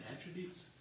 attributes